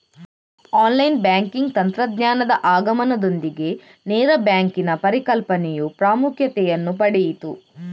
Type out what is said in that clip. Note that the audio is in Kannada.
ಆನ್ಲೈನ್ ಬ್ಯಾಂಕಿಂಗ್ ತಂತ್ರಜ್ಞಾನದ ಆಗಮನದೊಂದಿಗೆ ನೇರ ಬ್ಯಾಂಕಿನ ಪರಿಕಲ್ಪನೆಯು ಪ್ರಾಮುಖ್ಯತೆಯನ್ನು ಪಡೆಯಿತು